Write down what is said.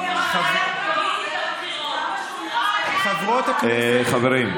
מהליכוד, חברים.